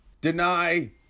deny